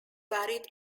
buried